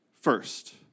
first